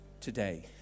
today